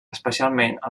especialment